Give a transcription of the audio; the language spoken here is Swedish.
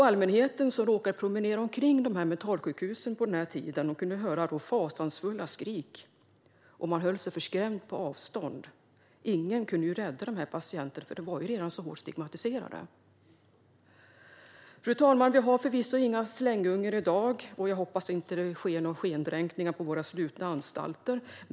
Allmänheten som råkade promenera omkring vid mentalsjukhusen på den här tiden kunde höra fasansfulla skrik. Man höll sig förskrämt på avstånd. Ingen kunde rädda de här patienterna, för de var ju redan så hårt stigmatiserade. Fru talman! Vi har förvisso inte några slänggungor i dag, och jag hoppas att det inte sker några skendränkningar på våra slutna anstalter.